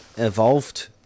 evolved